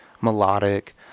melodic